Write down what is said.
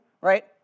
right